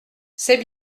c’est